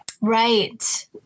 Right